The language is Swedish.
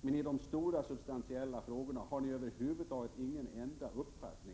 men i de stora substantiella frågorna har de över huvud taget inte någon uppfattning.